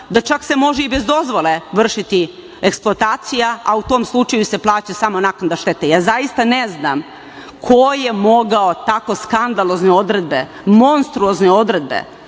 se čak može i bez dozvole vršiti eksploatacija, a u tom slučaju se plaća samo naknada štete. Zaista ne znam ko je mogao tako skandalozne odredbe, monstruozne odredbe